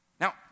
Now